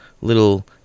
little